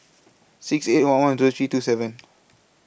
six eight one one Zero three two seven